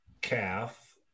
calf